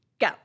Go